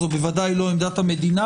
זו בוודאי לא עמדת המדינה,